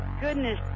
goodness